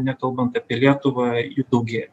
nekalbant apie lietuvą jų daugėja